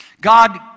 God